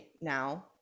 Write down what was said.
now